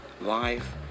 life